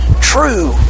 true